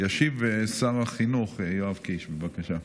ישיב שר החינוך יואב קיש, בבקשה.